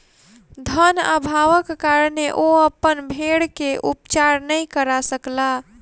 धन अभावक कारणेँ ओ अपन भेड़ के उपचार नै करा सकला